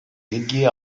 ilgiyi